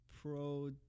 Pro